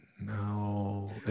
No